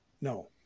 No